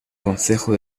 concejo